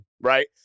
right